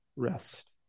Rest